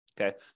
Okay